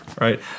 Right